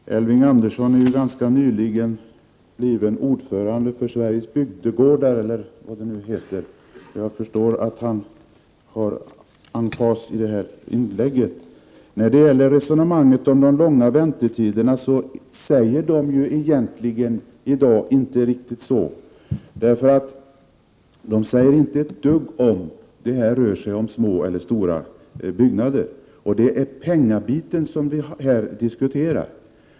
Herr talman! Elving Andersson har nyligen blivit ordförande i Bygdegårdarnas riksförbund, så jag förstår att han har emfas i sitt inlägg. De långa väntetiderna säger egentligen inte så mycket i dag och inte ett dugg om huruvida det rör sig om små eller stora byggnader. Och det är penningfrågan som vi nu diskuterar.